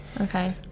Okay